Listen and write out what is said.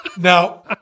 Now